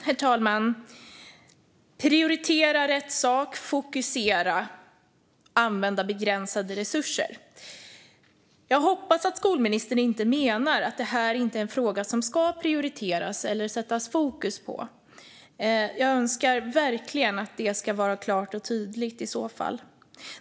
Herr talman! Att prioritera rätt sak, att fokusera och att använda begränsade resurser - jag hoppas att skolministern inte menar att det här är en fråga som inte ska prioriteras eller sättas fokus på. Jag önskar verkligen att det ska vara klart och tydligt, i så fall.